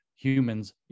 humans